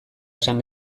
esan